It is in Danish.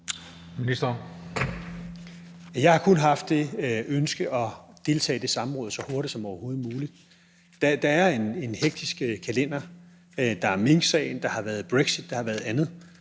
Prehn): Jeg har kun haft det ønske at deltage i det samråd så hurtigt som overhovedet muligt. Der er en hektisk kalender. Der har været minksagen, der har været brexit, der har været andet.